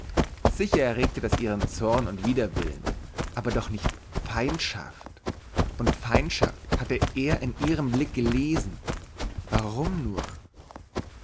sicher erregte das ihren zorn und widerwillen aber doch nicht feindschaft und feindschaft hatte er in ihrem blick gelesen warum nur